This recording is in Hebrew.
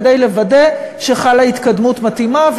כדי לוודא שחלה התקדמות מתאימה.